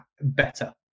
better